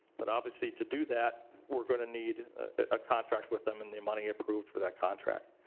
but obviously to do that, we're gonna need a contract with them, and the money approved for that contract.